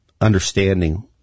understanding